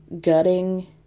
gutting